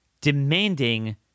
demanding